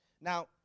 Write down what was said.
Now